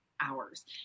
hours